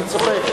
אני צוחק.